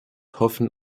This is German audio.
hoffen